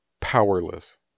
Powerless